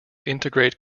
integrate